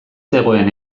zegoen